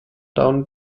down